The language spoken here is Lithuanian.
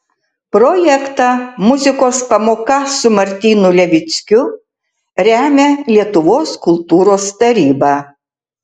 projektą muzikos pamoka su martynu levickiu remia lietuvos kultūros taryba